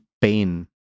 pain